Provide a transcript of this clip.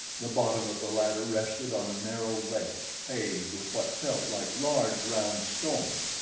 the bottom of the ladder rested on a narrow ledge paved with what felt like large round stones,